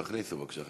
תכניסו, בבקשה.